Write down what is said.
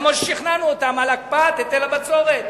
כמו ששכנענו אותה בהקפאת היטל הבצורת.